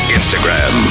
Instagram